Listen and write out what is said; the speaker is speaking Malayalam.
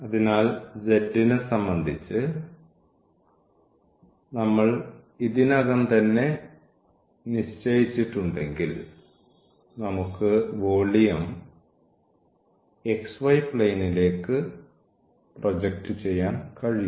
അതിനാൽ z നെ സംബന്ധിച്ച് നമ്മൾ ഇതിനകം തന്നെ നിശ്ചയിച്ചിട്ടുണ്ടെങ്കിൽ നമുക്ക് വോളിയം xy പ്ലെയിനിലേക്ക് പ്രൊജക്റ്റ് ചെയ്യാൻ കഴിയും